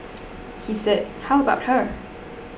he said how about her